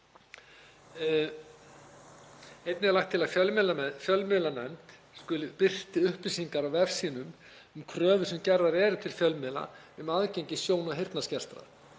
Einnig er lagt til að fjölmiðlanefnd skuli birta upplýsingar á vef sínum um kröfur sem gerðar eru til fjölmiðla um aðgengi sjón- og heyrnarskertra